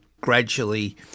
gradually